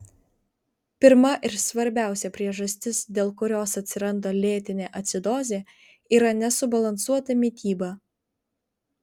pirma ir svarbiausia priežastis dėl kurios atsiranda lėtinė acidozė yra nesubalansuota mityba